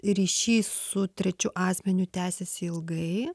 ryšys su trečiu asmeniu tęsiasi ilgai